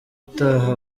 utaha